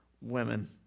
women